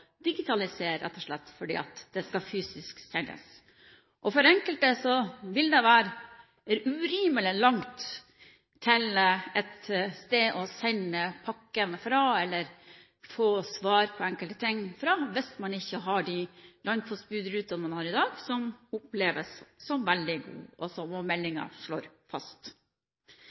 digitalisere, rett og slett fordi det fysisk skal sendes. For enkelte vil det være urimelig langt til et sted å sende pakken fra, eller få svar på enkelte ting, hvis man ikke har de landpostbudrutene man har i dag, som oppleves som veldig gode, som meldingen slår fast.